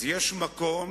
אז יש מקום